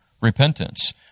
repentance